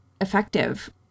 effective